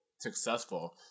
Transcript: successful